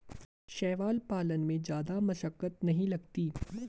शैवाल पालन में जादा मशक्कत नहीं लगती